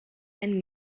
and